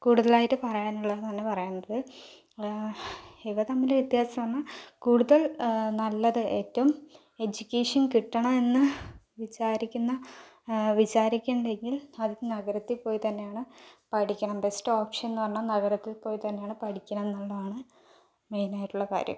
കൂടുതലായിട്ട് പറയാൻ ഉള്ളത് എന്ന് പറയാൻ ഉള്ളത് ഇവ തമ്മിൽ വ്യത്യാസം എന്ന് പറഞ്ഞാൽ കൂടുതൽ നല്ലത് ഏറ്റവും എഡ്യൂക്കേഷൻ കിട്ടണമെന്ന് വിചാരിക്കുന്ന വിചാരിക്കുന്നുണ്ട് എങ്കിൽ അത് നഗരത്തിൽ പോയി തന്നെയാണ് പഠിക്കണം ബെസ്റ്റ് ഓപ്ഷൻ എന്ന് പറഞ്ഞാൽ നഗരത്തിൽ പോയി തന്നെയാണ് പഠിക്കണം എന്നുള്ളതാണ് മെയിനായിട്ടുള്ള കാര്യം